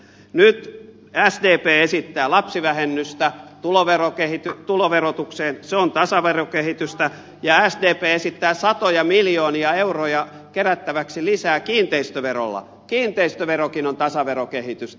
nyt sdp esittää lapsivähennystä tuloverotukseen se on tasaverokehitystä ja sdp esittää satoja miljoonia euroja kerättäväksi lisää kiinteistöverolla kiinteistöverokin on tasaverokehitystä